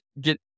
get